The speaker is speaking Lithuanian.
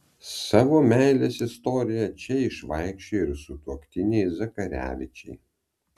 savo meilės istoriją čia išvaikščiojo ir sutuoktiniai zakarevičiai